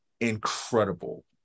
incredible